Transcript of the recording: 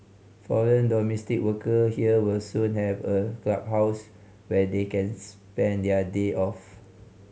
foreign domestic worker here will soon have a clubhouse where they can spend their day off